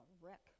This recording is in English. wreck